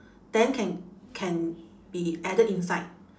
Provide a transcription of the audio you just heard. then can can be added inside